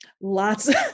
lots